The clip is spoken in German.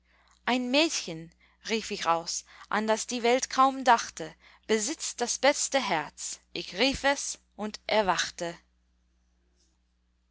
ein mädchen rief ich aus an das die welt kaum dachte besitzt das beste herz ich rief es und erwachte